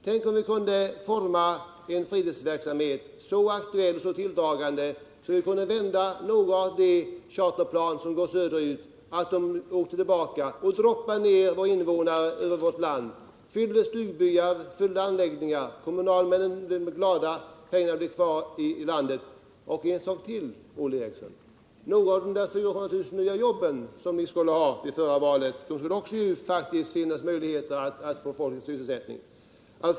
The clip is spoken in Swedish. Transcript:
Tänk om vi kunde utforma en fritidsverksamhet så aktuell och tilldragande att vi lyckades vända några av de charterplan som går söderut, så att de flög tillbaka och droppade ned sina passagerare över vårt land och fyllde stugbyar och anläggningar! Kommunalmännen skulle bli glada och pengarna skulle bli kvar i landet! En sak till, Olle Eriksson! Några av de 400 000 nya jobb, som ni skulle skaffa fram enligt vad ni sade vid förra valet, skulle det då också finnas möjligheter att ordna och ge folk sysselsättning.